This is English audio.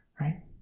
right